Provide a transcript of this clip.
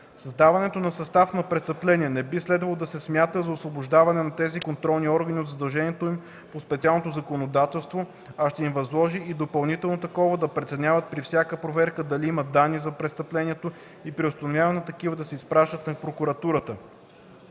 Създаването на състав на престъпление не би следвало да се смята за освобождаване на тези контролни органи от задълженията им по специалното законодателство, а ще им възложи и допълнително такова да преценяват при всяка проверка дали има данни за престъплението и при установяване на такива да се изпраща на прокуратурата.